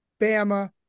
Bama